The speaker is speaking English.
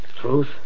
Truth